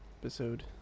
episode